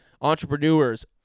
entrepreneurs